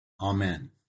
Amen